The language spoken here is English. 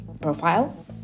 profile